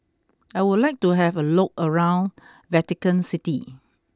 I would like to have a look around Vatican City